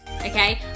Okay